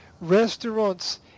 Restaurants